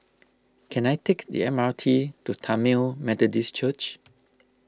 Can I take the M R T to Tamil Methodist Church